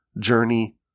journey